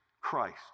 Christ